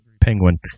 penguin